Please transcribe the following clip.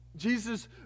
Jesus